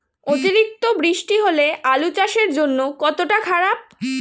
অতিরিক্ত বৃষ্টি হলে আলু চাষের জন্য কতটা খারাপ?